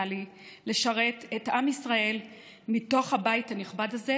לי לשרת את עם ישראל מתוך הבית הנכבד הזה,